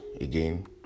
again